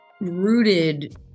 rooted